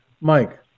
Mike